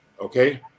Okay